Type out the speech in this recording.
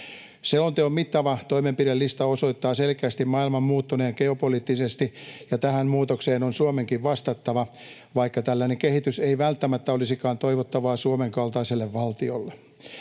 Selonteon mittava toimenpidelista osoittaa selkeästi maailman muuttuneen geopoliittisesti, ja tähän muutokseen on Suomenkin vastattava, vaikka tällainen kehitys ei välttämättä olisikaan toivottavaa Suomen kaltaiselle valtiolle.